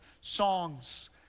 songs